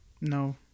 No